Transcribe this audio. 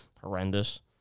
Horrendous